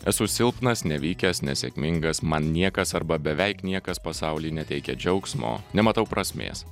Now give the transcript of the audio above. esu silpnas nevykęs nesėkmingas man niekas arba beveik niekas pasauly neteikia džiaugsmo nematau prasmės